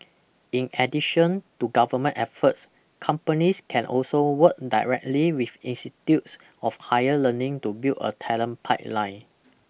in addition to government efforts companies can also work directly with institutes of higher learning to build a talent pipeline